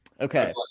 Okay